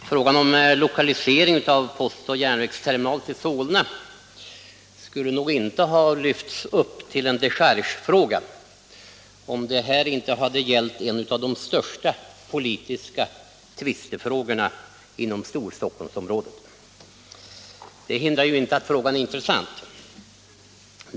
Herr talman! Frågan om lokalisering av postoch järnvägsterminal till Solna skulle nog inte ha lyfts upp till en dechargefråga om det här inte hade gällt en av de största politiska tvistefrågorna i Storstockholmsområdet. Det hindrar inte att frågan är intressant för oss.